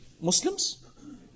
Muslims